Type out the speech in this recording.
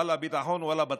ואלה ביטחון ואלה בטיח.